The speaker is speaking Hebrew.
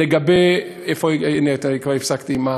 לגבי, הקרן.